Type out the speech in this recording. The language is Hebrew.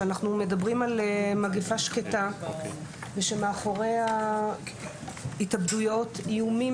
שאנחנו מדברים על מגפה שקטה ושמאחורי ההתאבדויות איומים